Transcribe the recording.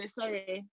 sorry